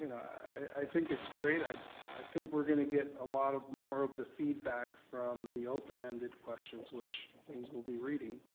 and i think it's great. i i think we're gonna get a lot of, more of the feedback from the open ended questions, which means we'll be reading.